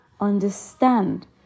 Understand